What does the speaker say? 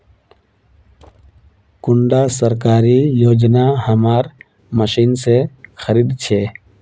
कुंडा सरकारी योजना हमार मशीन से खरीद छै?